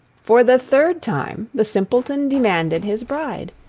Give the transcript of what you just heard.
for the third time the simpleton demanded his bride,